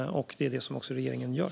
Det är också vad regeringen gör.